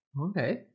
okay